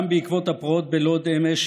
גם בעקבות הפרעות בלוד אמש